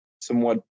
somewhat